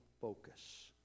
focus